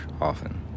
often